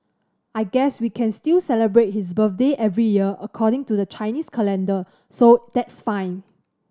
I guess we can still celebrate his birthday every year according to the Chinese calendar so that's fine